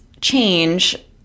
change